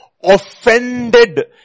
offended